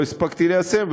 לא הספקתי ליישם,